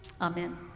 Amen